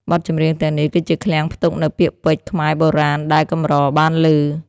បទចម្រៀងទាំងនេះ គឺជាឃ្លាំងផ្ទុកនូវពាក្យពេចន៍ខ្មែរបុរាណដែលកម្របានឮ។